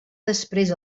després